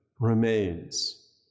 Remains